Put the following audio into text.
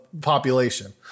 population